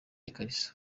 ikariso